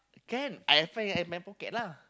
can I expect it at my pocket lah